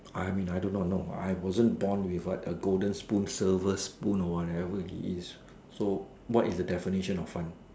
I mean I do not know I wasn't born with a golden spoon silver spoon or whatever it is so what is the definition of fun